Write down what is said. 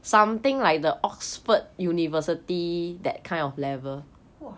!wah!